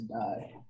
die